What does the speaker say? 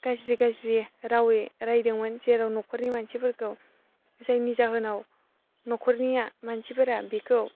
गाज्रि गाज्रि रावै रायदोंमोन जेराव न'खरनि मानसिफोरखौ जायनि जाहोनाव न'खरनिया मानसिफोरा बिखौ